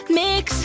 mix